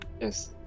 Yes